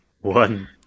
one